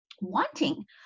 wanting